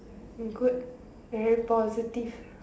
good and positive